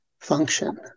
function